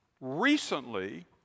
recently